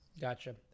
Gotcha